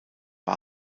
war